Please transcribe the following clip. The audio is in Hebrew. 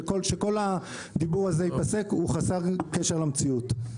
שכל הדיבור הזה ייפסק, הוא חסר קשר למציאות.